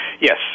Yes